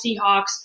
Seahawks